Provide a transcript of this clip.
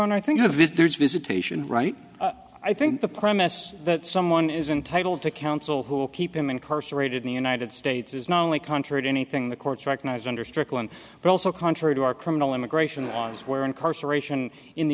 honor i think there's visitation right i think the premise that someone is entitled to counsel who will keep him incarcerated in the united states is not only contrary to anything the courts recognize under strickland but also contrary to our criminal immigration laws where incarceration in the